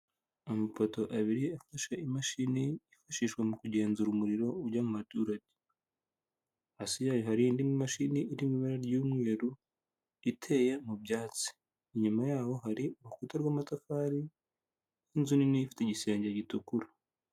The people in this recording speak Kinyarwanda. Amapoto abiri afashe imashini yifashishwa mu kugenzura umuriro ujya mu baturage., Hasi yayo hari indi mashini iri mu ibara ry'umweru, iteye mu byatsi, inyuma yaho hari urukuta rw'amatafari n'inzu nini ifite igisenge gitukura.